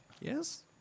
Yes